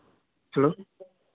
hello